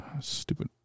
Stupid